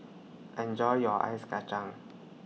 Enjoy your Ice Kachang